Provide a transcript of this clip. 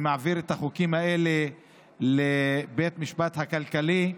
שמעביר את החוקים האלה לבית המשפט הכלכלי.